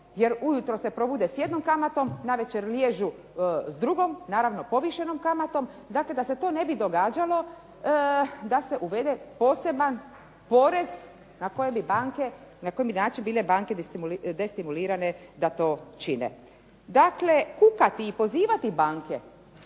jer ujutro se probude s jednom kamatom, navečer liježu s drugom, naravno povišenom kamatom. Dakle, da se to ne bi događalo da se uvede poseban porez na koji bi način bile banke destimulirane da to čine. Dakle, kukati i pozivati banke